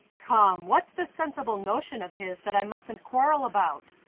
come what's this sensible notion of his that i mustn't quarrel about?